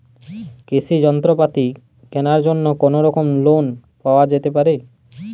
কৃষিযন্ত্রপাতি কেনার জন্য কোনোরকম লোন পাওয়া যেতে পারে?